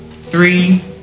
Three